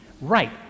right